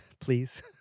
please